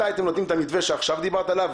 מתי אתם נותנים את המתווה שעכשיו דיברת עליו.